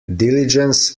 diligence